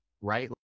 right